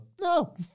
No